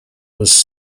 was